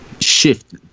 shift